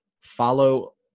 Follow